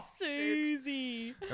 Susie